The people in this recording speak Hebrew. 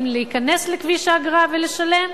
אם להיכנס לכביש האגרה ולשלם,